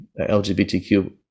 LGBTQ